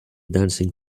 dancing